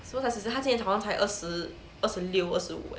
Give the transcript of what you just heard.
so 他只是他今年好像才二十二十六二十五 leh